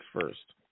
first